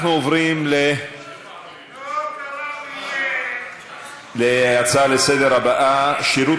אנחנו עוברים להצעה הבאה לסדר-היום: שירות